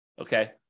Okay